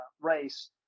race